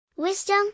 Wisdom